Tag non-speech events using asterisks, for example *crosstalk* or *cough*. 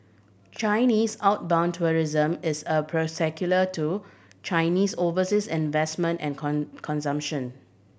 Chinese outbound tourism is a *unintelligible* to Chinese overseas investment and *unintelligible* consumption